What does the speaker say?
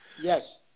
Yes